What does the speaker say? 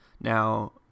Now